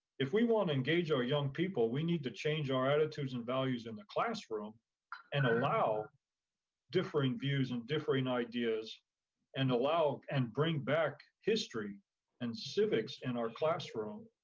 if we wanna engage our young people, we need to change our attitudes and values in the classroom and allow different views and differing ideas and allow and bring back history and civics in our classroom.